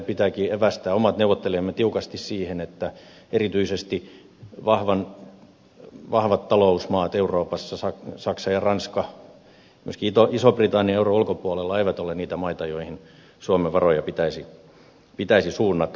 meidän pitääkin evästää omat neuvottelijamme tiukasti siihen että erityisesti vahvat talousmaat euroopassa saksa ja ranska myöskin iso britannia euron ulkopuolella eivät ole niitä maita joihin suomen varoja pitäisi suunnata